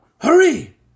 Hurry